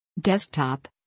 Desktop